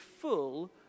full